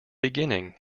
beginning